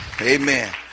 amen